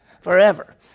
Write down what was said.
Forever